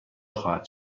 خواهد